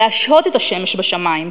להשהות את השמש בשמים,